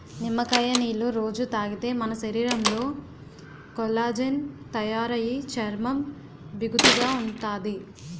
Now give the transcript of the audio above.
నిమ్మకాయ నీళ్ళు రొజూ తాగితే మన శరీరంలో కొల్లాజెన్ తయారయి చర్మం బిగుతుగా ఉంతాది